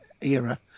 era